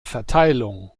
verteilung